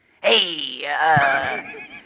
Hey